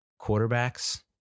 quarterbacks